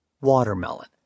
Watermelon